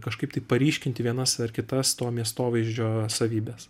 kažkaip tai paryškinti vienas ar kitas to miestovaizdžio savybes